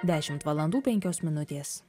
dešimt valandų penkios minutės